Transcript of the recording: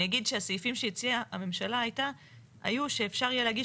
אני אגיד שהסעיפים שהציעה הממשלה היו שאפשר יהיה להגיש